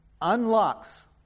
unlocks